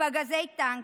ופגזי טנקים.